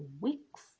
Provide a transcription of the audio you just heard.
weeks